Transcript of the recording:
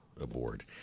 aboard